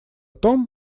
том